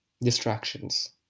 distractions